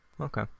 Okay